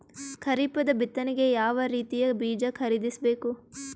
ಖರೀಪದ ಬಿತ್ತನೆಗೆ ಯಾವ್ ರೀತಿಯ ಬೀಜ ಖರೀದಿಸ ಬೇಕು?